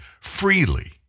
freely